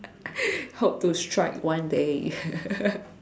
hope to strike one day